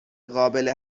قابل